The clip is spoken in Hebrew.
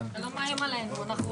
12:10.